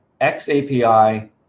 xapi